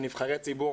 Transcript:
כנבחרי ציבור,